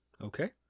Okay